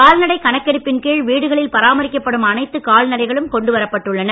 கால்நடை கணக்கெடுப்பின் கீழ் வீடுகளில் பராமரிக்கப்படும் அனைத்து கால்நடைகளும் கொண்டு வரப்பட்டுள்ளன